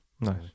nice